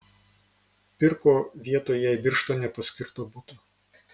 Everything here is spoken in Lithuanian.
pirko vietoj jai birštone paskirto buto